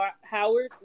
Howard